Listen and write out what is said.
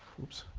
whoops.